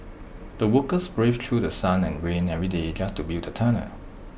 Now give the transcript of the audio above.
the workers braved through sun and rain every day just to build the tunnel